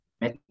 met